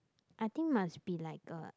I think must be like a